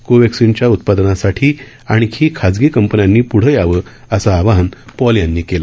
कोवॅक्सिनच्या उत्पादनासाठी आणखी खाजगी कंपन्यांनी पुढं यावं असं आवाहन पॉल यांनी केलं